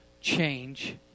change